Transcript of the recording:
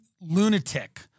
lunatic